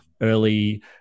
early